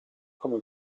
come